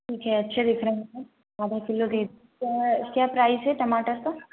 ठीक है अच्छे दिख रहे हैं आधा किलो दे क्या प्राइज़ है टमाटर का